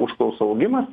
užklausų augimas